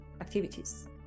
activities